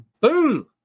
boom